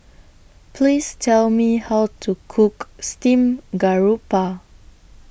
Please Tell Me How to Cook Steamed Garoupa